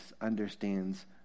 understands